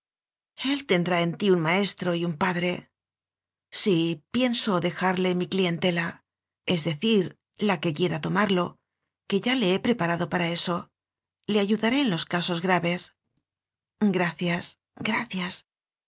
el tendrá en ti un maestro y un padre sí pienso dejarle mi clientela es decir la que quiera tomarlo que ya la he prepa rado para eso le ayudaré en los casos gra ves gracias gracias